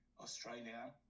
Australia